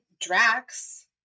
Drax